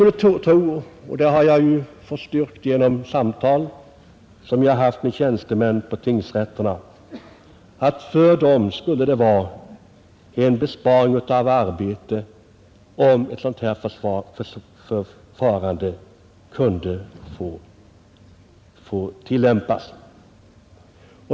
Jag tror — och detta har jag fått styrkt genom samtal som jag haft med tjänstemän på tingsrätterna — att för tingsrätterna skulle det vara en besparing av arbete, om ett sådant här förfarande kunde få tillämpas.